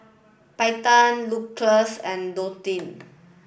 Payten Lucious and Dontae